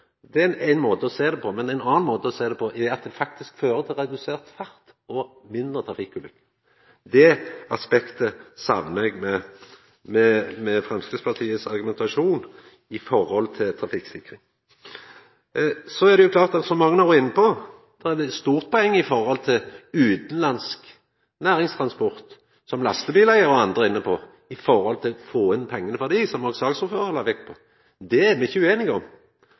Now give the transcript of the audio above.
imot fordi ein då kan registrera. Det er ein måte å sjå det på, men ein annan måte å sjå det på er at det faktisk fører til redusert fart og mindre trafikkulykker. Det aspektet saknar eg ved Framstegspartiet sin argumentasjon når det gjeld trafikksikring. Så er dette òg, som lastebileigarar og andre har vore inne på, eit stort poeng når det gjeld å få inn pengane frå utanlandsk næringstransport, noko òg saksordføraren la vekt på. Det er me ikkje ueinige om.